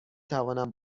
توانم